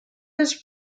his